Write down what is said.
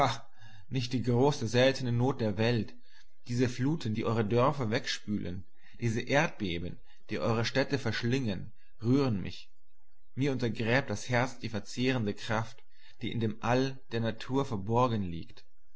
nicht die große seltne not der welt diese fluten die eure dörfer wegspülen diese erdbeben die eure städte verschlingen rühren mich mir untergräbt das herz die verzehrende kraft die in dem all der natur verborgen liegt